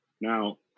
Now